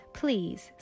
please